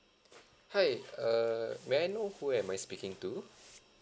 hi err may I know who am I speaking to